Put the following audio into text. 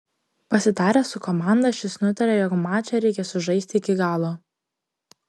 pasitaręs su komanda šis nutarė jog mačą reikia sužaisti iki galo